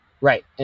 Right